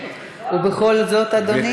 ובכל זאת, אדוני?